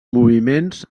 moviments